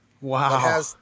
Wow